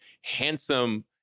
handsome